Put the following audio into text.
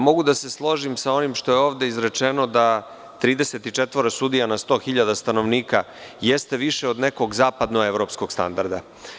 Mogu da se složim sa onim što je ovde izrečeno, da 34 sudija na 100.000 stanovnika jeste više od nekog zapadno-evropskog standarda.